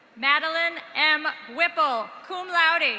madeline m whipple, cum laude.